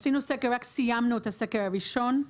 עשינו סקר, רק סיימנו את הסקר הראשון.